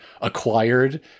acquired